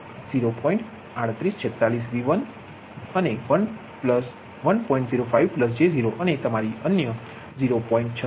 તેથી V21 એક ભાગ્યા 1j0 કે જે એક થશે 0